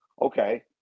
okay